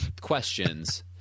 questions